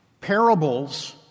Parables